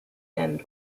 and